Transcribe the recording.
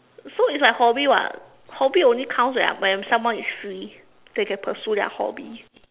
so it's like hobby [what] hobby only counts when I'm when someone is free they can pursue their hobby